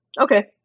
Okay